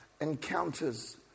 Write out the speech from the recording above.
encounters